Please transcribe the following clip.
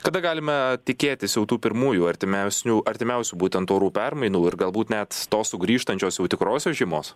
kada galime tikėtis jau tų pirmųjų artimiausių artimiausių būtent orų permainų ir galbūt net tos sugrįžtančios jau tikrosios žiemos